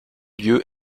lieu